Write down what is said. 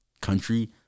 country